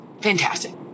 fantastic